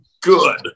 good